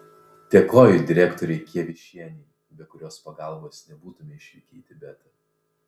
dėkoju direktorei kievišienei be kurios pagalbos nebūtume išvykę į tibetą